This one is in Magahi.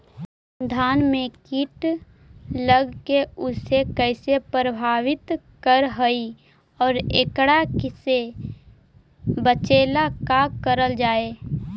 धान में कीट लगके उसे कैसे प्रभावित कर हई और एकरा से बचेला का करल जाए?